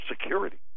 Security